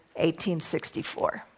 1864